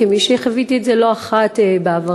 כמי שחוותה את זה לא אחת בעברי,